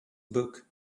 book